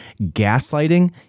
gaslighting